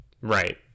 Right